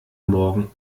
morgen